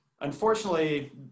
Unfortunately